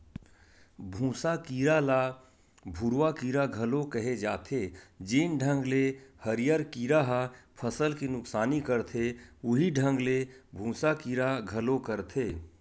भूँसा कीरा ल भूरूवा कीरा घलो केहे जाथे, जेन ढंग ले हरियर कीरा ह फसल के नुकसानी करथे उहीं ढंग ले भूँसा कीरा घलो करथे